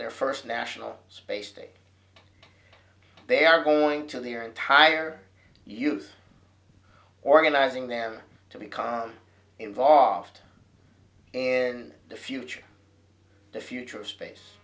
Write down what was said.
their first national space day they are going to the entire youth organizing them to become involved in the future the future of space